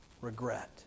regret